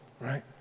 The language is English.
right